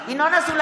(קוראת בשמות חברי הכנסת) ינון אזולאי,